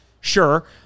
sure